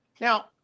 Now